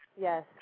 Yes